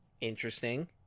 Interesting